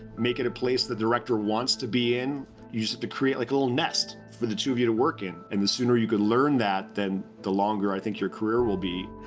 make it a place the director wants to be in. you just have to create like a little nest for the two of you to work in. and the sooner you can learn that, then the longer, i think, your career will be.